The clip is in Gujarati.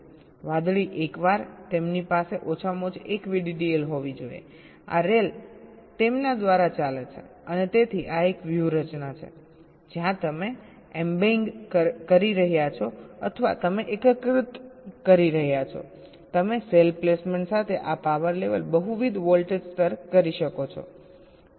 વાદળી એકવાર તેમની પાસે ઓછામાં ઓછી એક VDDL હોવી જોઈએ આ રેલ તેમના દ્વારા ચાલે છે અને તેથી આ એક વ્યૂહરચના છે જ્યાં તમે એમ્બેઇંગ કરી રહ્યા છો અથવા તમે એકીકૃત કરી રહ્યા છો તમે સેલ પ્લેસમેન્ટ સાથે આ પાવર લેવલ બહુવિધ વોલ્ટેજ સ્તર કહી શકો છો